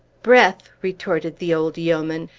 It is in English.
breath! retorted the old yeoman.